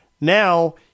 Now